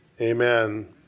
Amen